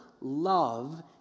love